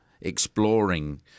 exploring